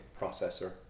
Processor